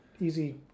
Easy